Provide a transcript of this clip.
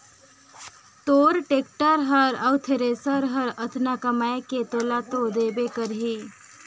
तोर टेक्टर हर अउ थेरेसर हर अतना कमाये के तोला तो देबे करही